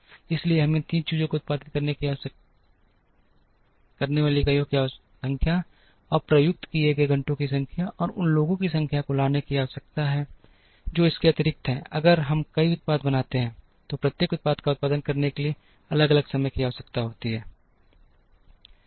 इसलिए हमें इन तीन चीजों को उत्पादित करने वाली इकाइयों की संख्या अप्रयुक्त किए गए घंटों की संख्या और उन लोगों की संख्या को लाने की आवश्यकता है जो इसके अतिरिक्त हैं अगर हम कई उत्पाद बनाते हैं तो प्रत्येक उत्पाद का उत्पादन करने के लिए अलग अलग समय की आवश्यकता होगी